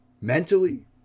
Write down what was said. mentally